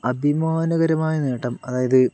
അഭിമാനകരമായ നേട്ടം അതായത്